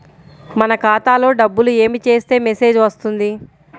మన ఖాతాలో డబ్బులు ఏమి చేస్తే మెసేజ్ వస్తుంది?